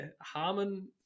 Harmon